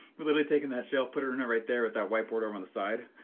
but literally taking that shelf, put her in right there with that whiteboard um on the side